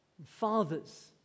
Fathers